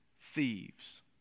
Thieves